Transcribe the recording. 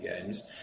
games